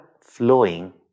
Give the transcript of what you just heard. flowing